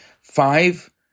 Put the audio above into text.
five